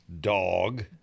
Dog